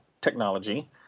technology